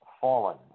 fallen